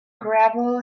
gravel